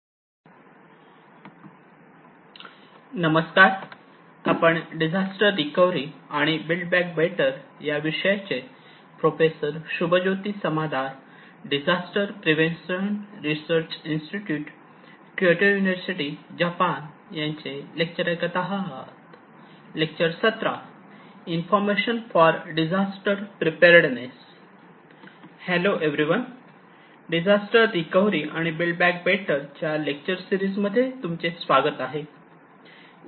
hello everyone disaster recovery आणि build back better च्या lecture series मध्ये तुमचे स्वागत आहे